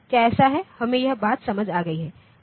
क्या ऐसा है हमें यह बात समझ आ गई है